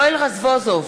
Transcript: בצלאל סמוטריץ,